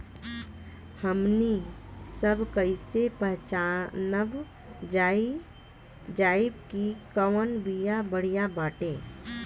हमनी सभ कईसे पहचानब जाइब की कवन बिया बढ़ियां बाटे?